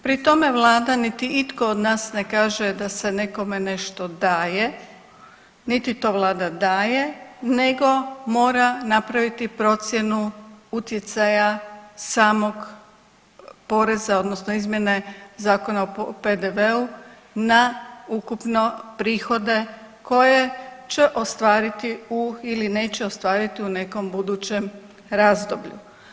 Pri tome Vlada niti itko od nas ne kaže da se nekome nešto daje, niti to Vlada daje, nego mora napraviti procjenu utjecaja samog poreza, odnosno izmjene Zakona o PDV-u na ukupno prihode koje će ostvariti u ili neće ostvariti u nekom budućem razdoblju.